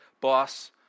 boss